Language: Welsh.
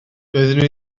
doeddwn